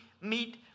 meet